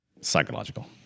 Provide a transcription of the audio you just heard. psychological